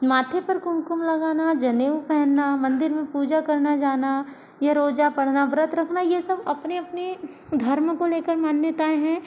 माथे पर कुमकुम लगाना जनेऊ पहनना मंदिर मे पूजा करने जाना या रोजा पढ़ना व्रत रखना ये सब अपनी अपनी धर्म को लेकर मान्यताएं है